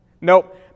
Nope